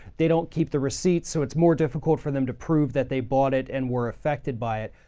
they don't keep the receipts, so it's more difficult for them to prove that they bought it and were affected by it.